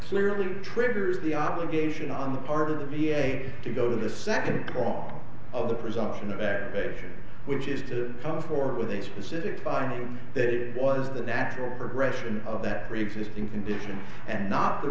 clearly triggers the obligation on the part of the v a to go to the second prong of the presumption of expectation which is to come forward with a specific finding that it was the natural progression of that preexisting condition and not the